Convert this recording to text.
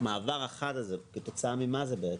המעבר החד הזה, כתוצאה ממה זה?